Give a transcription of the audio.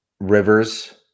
rivers